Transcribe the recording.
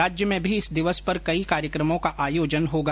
राज्य में भी इस दिवस पर कई कार्यक्रमों का आयोजन होगा